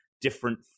different